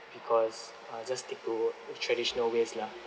because uh just stick to traditional ways lah